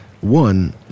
one